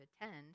attend